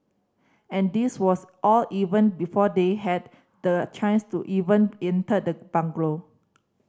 and this was all even before they had the chance to even enter the bungalow